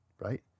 Right